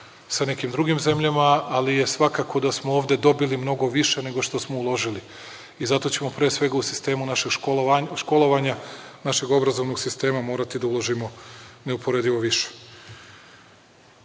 sa nekim drugim zemljama, ali je svakako da smo ovde dobili mnogo više nego što smo uložili i zato ćemo pre svega u sistemu našeg školovanja, našeg obrazovnog sistema morati da uložimo neuporedivo više.U